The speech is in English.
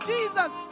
Jesus